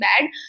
bad